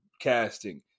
casting